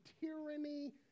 tyranny